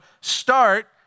start